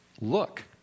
look